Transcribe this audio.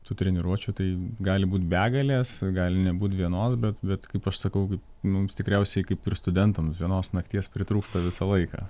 tų treniruočių tai gali būt begalės gali nebūt vienos bet bet kaip aš sakau mums tikriausiai kaip ir studentams vienos nakties pritrūksta visą laiką